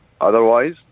Otherwise